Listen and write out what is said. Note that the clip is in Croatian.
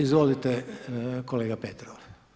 Izvolite, kolega Petrov.